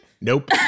Nope